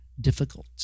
difficult